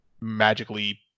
magically